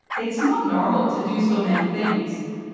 it's not normal to do so many things.